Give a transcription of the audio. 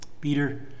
Peter